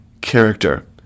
character